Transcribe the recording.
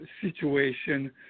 situation